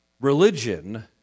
religion